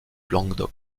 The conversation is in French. languedoc